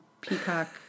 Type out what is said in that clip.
Peacock